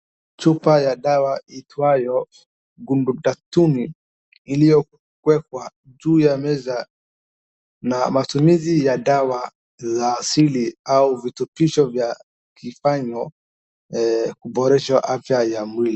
Chupa ya dawa iitwayo GHUDATUN iliyowekwa juu ya meza na matumizi ya dawa za siri au vitupisho vya kufanya kuboresha afya ya mwili.